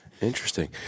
Interesting